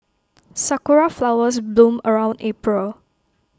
Sakura Flowers bloom around April